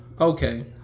okay